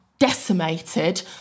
decimated